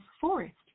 forest